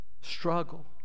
struggle